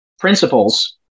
Principles